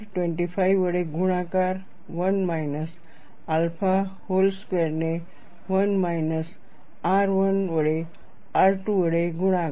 25 વડે ગુણાકાર 1 minus alpha whole સ્ક્વેરને 1 માઇનસ r1 વડે r2 વડે ગુણાકાર